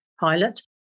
pilot